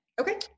okay